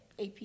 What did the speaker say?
AP